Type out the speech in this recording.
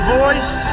voice